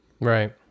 Right